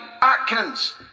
Atkins